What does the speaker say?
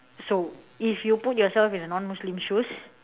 so if you put yourself in the non muslim shoes